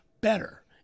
better